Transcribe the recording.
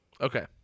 Okay